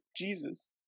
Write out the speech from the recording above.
Jesus